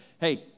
hey